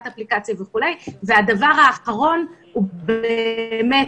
האפליקציה וכו'; והדבר האחרון הוא באמת,